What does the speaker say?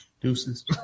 Deuces